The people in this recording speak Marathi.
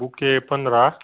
बुके पंधरा